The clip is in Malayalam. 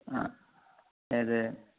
ആ ഏത്